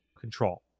control